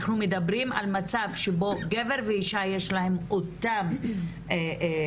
אנחנו מדברים על מצב שבו גבר ואישה יש להם אותן מיומנויות,